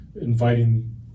inviting